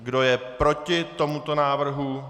Kdo je proti tomuto návrhu?